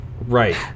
Right